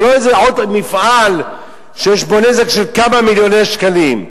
זה לא עוד מפעל שיש בו נזק של כמה מיליוני שקלים.